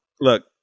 look